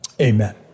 amen